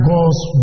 God's